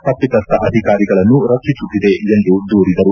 ತಪ್ಪಿತಸ್ನ ಅಧಿಕಾರಿಗಳನ್ನು ರಕ್ಷಿಸುತ್ತಿದೆ ಎಂದು ದೂರಿದರು